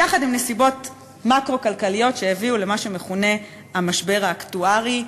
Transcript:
יחד עם נסיבות מקרו-כלכליות שהביאו למה שמכונה "המשבר האקטוארי",